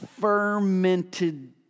fermented